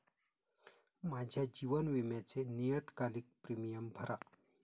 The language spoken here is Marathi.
माझ्या जीवन विम्याचे नियतकालिक प्रीमियम भरा